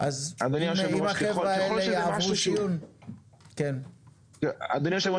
אז אם החבר'ה האלה יעברו שילוב --- אדוני היושב ראש,